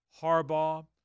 Harbaugh